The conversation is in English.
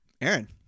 Aaron